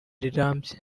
rirambye